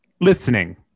listening